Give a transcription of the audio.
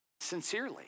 sincerely